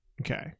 Okay